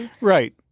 Right